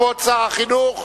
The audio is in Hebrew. כבוד שר החינוך